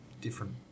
different